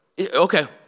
okay